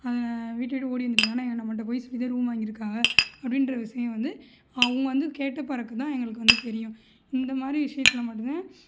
அவங்க வீட்டை விட்டு ஓடி வந்திருக்காங்கனா இங்கே நம்மகிட்ட பொய் சொல்லிதான் ரூம் வாங்கியிருக்காங்க அப்படின்ற விஷயம் வந்து அவங்க வந்து கேட்டப்பெறகுதான் எங்களுக்கு வந்து தெரியும் இந்தமாதிரி விஷயத்தில் மட்டும்தான்